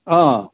অঁ